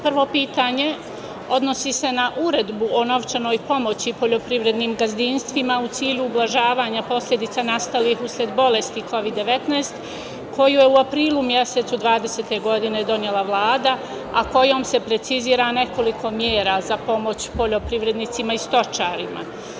Prvo pitanje odnosi se na Uredbu o novčanoj pomoći poljoprivrednim gazdinstvima u cilju ublažavanja posledica nastalih usled bolesti Kovid 19, koju je u aprilu 2020. godine donela Vlada, a kojom se precizira nekoliko mera za pomoć poljoprivrednicima i stočarima.